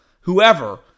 whoever